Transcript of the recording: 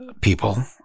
people